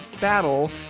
battle